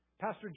Pastor